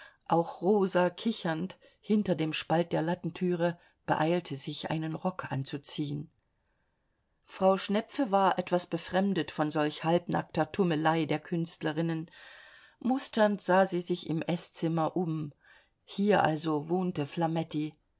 auch rosa kichernd hinter dem spalt der lattentüre beeilte sich einen rock anzuziehen frau schnepfe war etwas befremdet von solch halbnackter tummelei der künstlerinnen musternd sah sie sich im eßzimmer um hier also wohnte